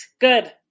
Good